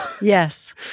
Yes